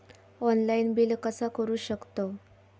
Online bill कसा करु शकतव?